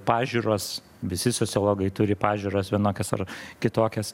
pažiūros visi sociologai turi pažiūras vienokias ar kitokias